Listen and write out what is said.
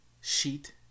sheet